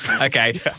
Okay